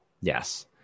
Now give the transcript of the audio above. Yes